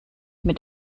mit